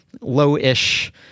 low-ish